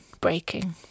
breaking